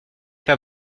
pas